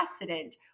precedent